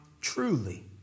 truly